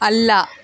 ಅಲ್ಲ